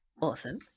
awesome